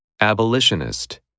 Abolitionist